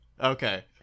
Okay